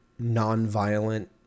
nonviolent